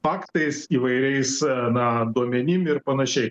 faktais įvairiais na duomenim ir panašiai